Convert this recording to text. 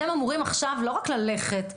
אתם אמורים עכשיו לא רק ללכת לבקר,